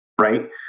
right